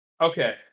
Okay